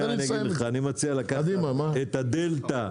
מציע לך לקחת את הדלתא.